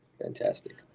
fantastic